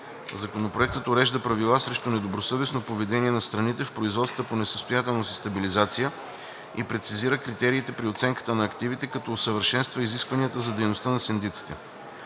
Законопроектът урежда правила срещу недобросъвестно поведение на страните в производствата по несъстоятелност и стабилизация и прецизира критериите при оценката на активите, като усъвършенства изискванията за дейността на синдиците.